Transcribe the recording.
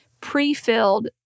pre-filled